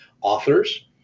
authors